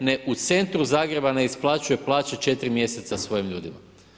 ne u centru Zagrebu ne isplaćuje plaće 4 mj. svojim ljudima.